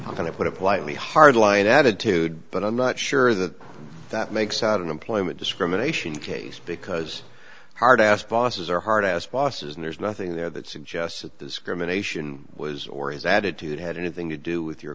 i'm going to put it politely hardline attitude but i'm not sure that that makes out an employment discrimination case because hard ass bosses are hard ass bosses and there's nothing there that suggests discrimination was or his attitude had anything to do with your